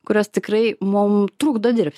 kurios tikrai mums trukdo dirbt